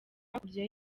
hakurya